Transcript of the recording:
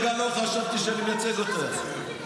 לרגע לא חשבתי שאני מייצג אותך.